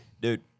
dude